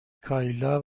کایلا